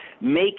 make